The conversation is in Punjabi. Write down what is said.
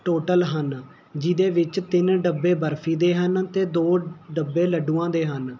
ਟੋਟਲ ਹਨ ਜਿਹਦੇ ਵਿੱਚ ਤਿੰਨ ਡੱਬੇ ਬਰਫ਼ੀ ਦੇ ਹਨ ਅਤੇ ਦੋ ਡੱਬੇ ਲੱਡੂਆਂ ਦੇ ਹਨ